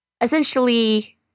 Essentially